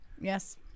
yes